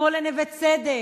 כמו לנווה-צדק,